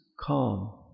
calm